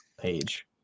page